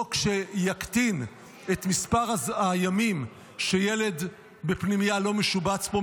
חוק שיקטין את מספר הימים שילד בפנימייה לא משובץ בו,